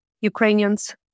Ukrainians